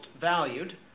valued